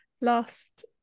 last